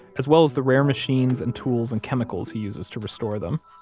as well as the rare machines and tools and chemicals he uses to restore them.